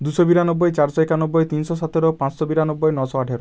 দুশো বিরানব্বই চারশো একানব্বই তিনশো সতেরো পাঁচশো বিরানব্বই নশো আঠেরো